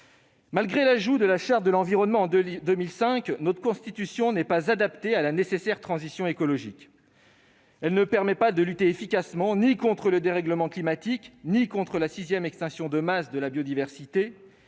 Malgré l'ajout de la Charte de l'environnement en 2005, notre Constitution n'est pas adaptée à la nécessaire transition écologique. Elle ne permet de lutter efficacement ni contre le dérèglement climatique ni contre la sixième extinction de masse de la biodiversité.